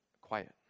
quiet